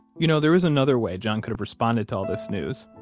you know, there is another way john could have responded to all this news.